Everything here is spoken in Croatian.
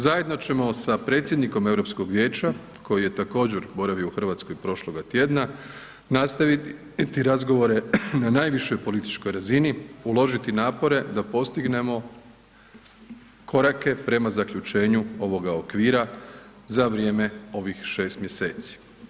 Zajedno ćemo sa predsjednikom EU vijeća koji je također, boravio u Hrvatskoj prošloga tjedna, nastaviti razgovore na najvišoj političkoj razini, uložiti napore da postignemo korake prema zaključenju ovoga okvira za vrijeme ovih 6 mjeseci.